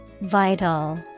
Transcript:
Vital